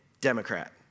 Democrat